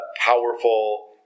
powerful